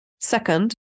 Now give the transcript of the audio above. Second